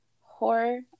horror